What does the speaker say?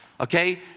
okay